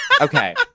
Okay